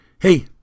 Hey